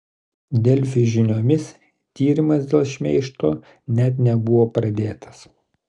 delfi žiniomis tyrimas dėl šmeižto net nebuvo pradėtas